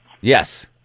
Yes